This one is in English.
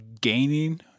gaining